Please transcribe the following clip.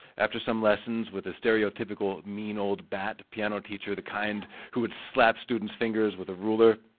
after some lessons with the stereotypical mean old bat piano teacher, the kind who would slap students' fingers with a ruler,